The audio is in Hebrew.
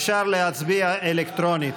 אפשר להצביע אלקטרונית.